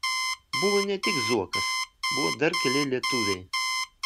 buvo ne tik zuokas buvo dar keli lietuviai